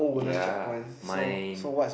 yeah mine